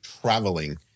traveling-